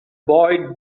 boy